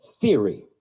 theory